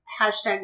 Hashtag